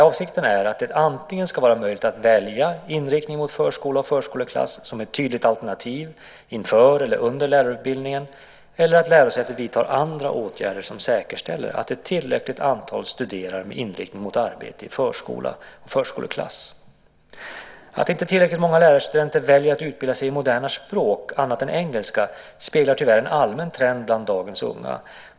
Avsikten är att det antingen ska vara möjligt att välja inriktning mot förskola och förskoleklass som ett tydligt alternativ, inför eller under lärarutbildningen, eller att lärosätet vidtar andra åtgärder som säkerställer att ett tillräckligt antal studerar med inriktning mot arbete i förskola och förskoleklass. Att inte tillräckligt många lärarstudenter väljer att utbilda sig i moderna språk annat än engelska speglar tyvärr en allmän trend bland dagens unga.